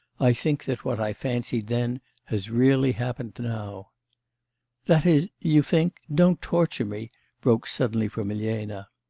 i think that what i fancied then has really happened now that is you think don't torture me broke suddenly from elena.